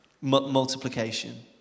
Multiplication